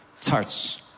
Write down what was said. touch